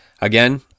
again